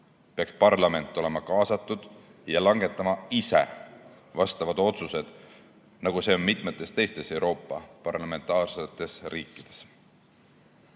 peaks parlament olema kaasatud ja langetama ise vastavad otsused, nagu see on mitmes teises Euroopa parlamentaarses riigis.